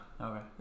okay